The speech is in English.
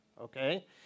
Okay